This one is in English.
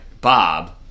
Bob